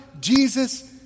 Jesus